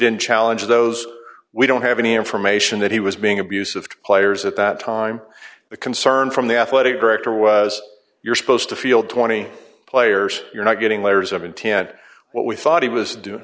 didn't challenge those we don't have any information that he was being abusive players at that time the concern from the athletic director was you're supposed to feel twenty players you're not getting letters of intent what we thought he was doing